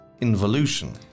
involution